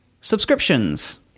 subscriptions